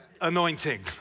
anointing